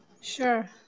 Sure